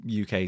UK